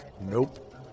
Nope